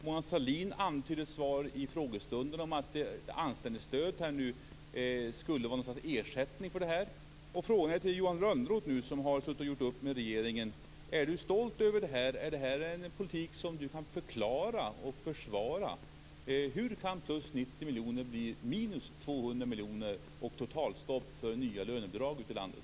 Mona Sahlin antydde i ett svar i frågestunden att anställningsstödet skulle vara något slags ersättning. Nu frågar jag Johan Lönnroth, som har gjort upp med regeringen: Är du stolt över det här? Är det här en politik som du kan förklara och försvara? Hur kan plus 90 miljoner bli minus 200 miljoner, och hur kan det bli totalstopp för nya lönebidrag ute i landet?